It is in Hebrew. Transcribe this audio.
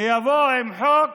שיבואו עם חוק